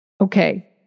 okay